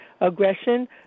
aggression